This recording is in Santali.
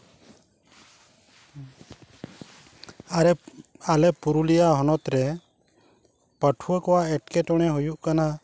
ᱟᱞᱮ ᱯᱩᱨᱩᱞᱤᱭᱟᱹ ᱦᱚᱱᱚᱛ ᱨᱮ ᱯᱟᱹᱴᱷᱣᱟᱹ ᱠᱚᱣᱟᱜ ᱮᱴᱠᱮᱴᱚᱬᱮ ᱦᱩᱭᱩᱜ ᱠᱟᱱᱟ